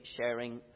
sharing